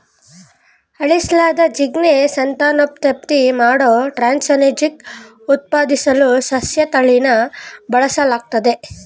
ಅಳಿಸ್ಲಾದ ಜೀನ್ಗೆ ಸಂತಾನೋತ್ಪತ್ತಿ ಮಾಡೋ ಟ್ರಾನ್ಸ್ಜೆನಿಕ್ ಉತ್ಪಾದಿಸಲು ಸಸ್ಯತಳಿನ ಬಳಸಲಾಗ್ತದೆ